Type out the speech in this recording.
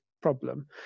problem